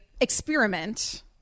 experiment